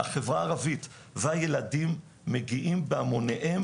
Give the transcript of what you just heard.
החברה הערבית והילדים מגיעים בהמוניהם